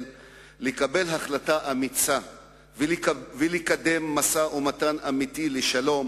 לקבל החלטה אמיצה ולקדם משא-ומתן אמיתי לשלום